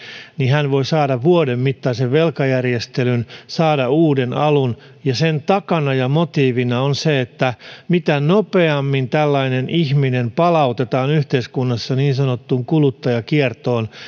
voi saada vuoden mittaisen velkajärjestelyn saada uuden alun ja sen takana ja motiivina on se että mitä nopeammin tällainen ihminen palautetaan yhteiskunnassa niin sanottuun kuluttajakiertoon niin